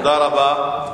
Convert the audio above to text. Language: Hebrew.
תודה רבה.